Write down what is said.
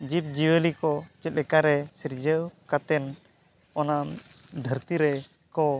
ᱡᱤᱵᱽᱼᱡᱤᱭᱟᱹᱞᱤᱠᱚ ᱪᱮᱫ ᱞᱮᱠᱟᱨᱮ ᱥᱤᱨᱡᱟᱹᱣ ᱠᱟᱛᱮᱱ ᱚᱱᱟ ᱫᱷᱟᱹᱨᱛᱤ ᱨᱮᱠᱚ